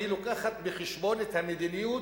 מביאים בחשבון את המדיניות